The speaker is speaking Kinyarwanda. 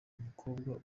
umukobwa